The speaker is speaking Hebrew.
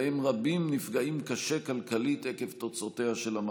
שבהם רבים נפגעים קשה כלכלית עקב תוצאותיה של המגפה.